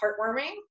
heartwarming